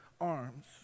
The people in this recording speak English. arms